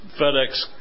FedEx